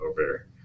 over